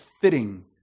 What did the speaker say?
fitting